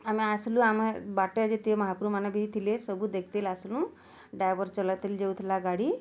ଆମେ ଆସିଲୁ ଆମେ ବାଟେ ଯେତେ ମହାପୁର୍ମାନେ ବି ଥିଲେ ସବୁ ଦେଖ୍ତେ ଆସିଲୁଁ ଡ୍ରାଇଭର୍ ଚଲାତି ଯାଉ ଥିଲା ଗାଡ଼ି